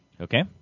Okay